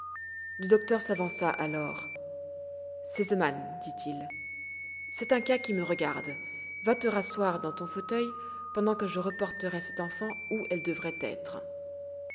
le docteur s'avança alors sesemann dit-il c'est un cas qui me regarde va te rasseoir dans ton fauteuil pendant que je reporterai cette enfant où elle devrait être